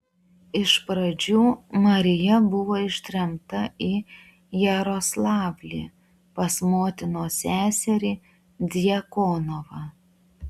iš pradžių marija buvo ištremta į jaroslavlį pas motinos seserį djakonovą